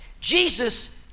Jesus